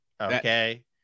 Okay